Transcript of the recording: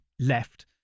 left